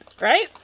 right